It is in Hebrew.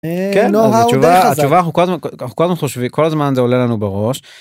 אה... לא רע... הוא די חזק... - אנחנו כל הזמן חושב... כל הזמן זה עולה לנו בראש.